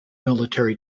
military